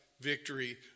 victory